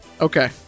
Okay